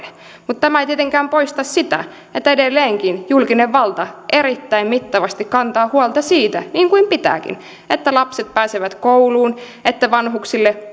mutta tämä ei tietenkään poista sitä että edelleenkin julkinen valta erittäin mittavasti kantaa huolta siitä niin kuin pitääkin että lapset pääsevät kouluun että vanhuksille